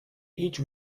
each